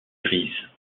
grises